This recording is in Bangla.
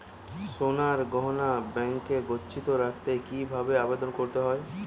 সোনার গহনা ব্যাংকে গচ্ছিত রাখতে কি ভাবে আবেদন করতে হয়?